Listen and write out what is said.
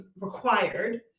required